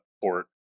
port